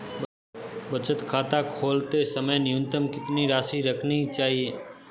बचत खाता खोलते समय न्यूनतम कितनी राशि रखनी चाहिए?